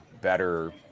better